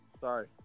Sorry